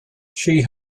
she